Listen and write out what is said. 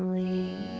the